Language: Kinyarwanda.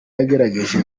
yagerageje